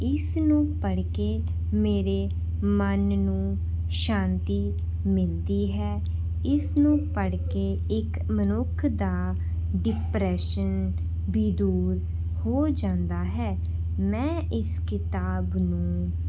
ਇਸ ਨੂੰ ਪੜ੍ਹ ਕੇ ਮੇਰੇ ਮਨ ਨੂੰ ਸ਼ਾਂਤੀ ਮਿਲਦੀ ਹੈ ਇਸਨੂੰ ਪੜ੍ਹ ਕੇ ਇੱਕ ਮਨੁੱਖ ਦਾ ਡਿਪਰੈਸ਼ਨ ਵੀ ਦੂਰ ਹੋ ਜਾਂਦਾ ਹੈ ਮੈਂ ਇਸ ਕਿਤਾਬ ਨੂੰ